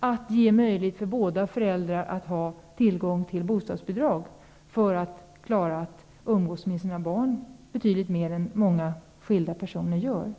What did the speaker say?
att ge möjlighet för båda föräldrarna att ha tillgång till bostadsbidrag för att kunna umgås med sina barn betydligt mer än vad många skilda personer gör?